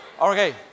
okay